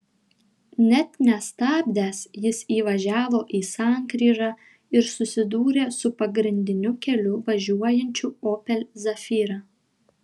net nestabdęs jis įvažiavo į sankryžą ir susidūrė su pagrindiniu keliu važiuojančiu opel zafira